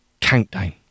Countdown